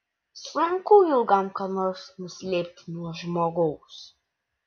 sunku ilgam ką nors nuslėpti nuo žmogaus